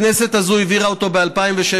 הכנסת הזאת העבירה אותו ב-2016.